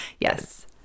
Yes